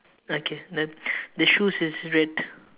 okay then the shoes is red